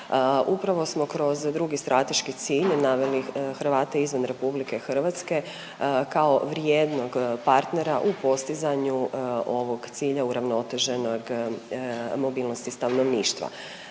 Upravo smo kroz drugi strateški cilj naveli Hrvate izvan RH kao vrijednog partnera u postizanju ovog cilja uravnoteženog moblinosti stanovništva.